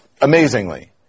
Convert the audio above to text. amazingly